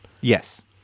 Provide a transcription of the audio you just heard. Yes